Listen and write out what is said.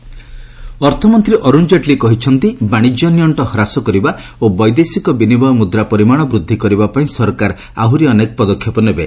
ଜେଟ୍ଲୀ ଅର୍ଥମନ୍ତ୍ରୀ ଅରୁଣ ଜେଟ୍ଲୀ କହିଛନ୍ତି ବାଶିଜ୍ୟ ନିଅଣ୍ଟ ହ୍ରାସ କରିବା ଓ ବୈଦେଶିକ ବିନିମୟ ମୁଦ୍ରା ପରିମାଣ ବୃଦ୍ଧି କରିବା ପାଇଁ ସରକାର ଆହୁରି ଅନେକ ପଦକ୍ଷେପ ନେବେ